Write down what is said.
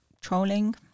trolling